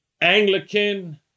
Anglican